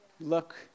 Look